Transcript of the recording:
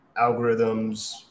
algorithms